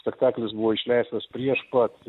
spektaklis buvo išleistas prieš pat